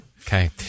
Okay